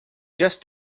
just